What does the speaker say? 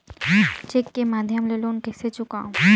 Cheque के माध्यम ले लोन कइसे चुकांव?